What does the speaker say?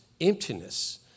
emptiness